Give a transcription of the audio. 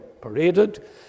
paraded